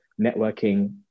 networking